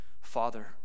Father